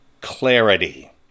clarity